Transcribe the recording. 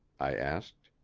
i asked.